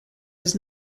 does